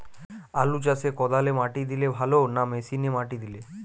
আলু চাষে কদালে মাটি দিলে ভালো না মেশিনে মাটি দিলে?